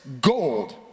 gold